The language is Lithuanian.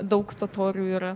daug totorių yra